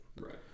Right